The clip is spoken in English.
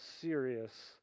serious